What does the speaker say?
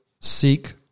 seek